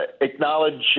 acknowledge